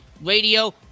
Radio